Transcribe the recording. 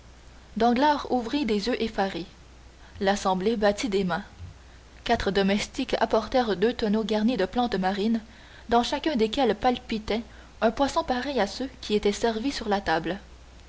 danglars ouvrit des yeux effarés l'assemblée battit des mains quatre domestiques apportèrent deux tonneaux garnis de plantes marines dans chacun desquels palpitait un poisson pareil à ceux qui étaient servis sur la table